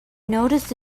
noticed